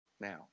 Now